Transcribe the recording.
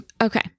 okay